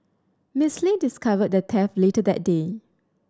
Mister Lee discovered the theft later that day